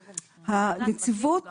הנציבות, חד-משמעית,